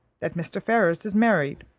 that mr. ferrars is married.